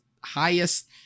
highest